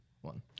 one